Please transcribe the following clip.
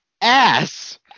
ass